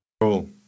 Cool